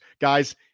Guys